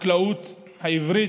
החקלאות העברית,